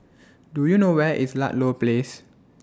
Do YOU know Where IS Ludlow Place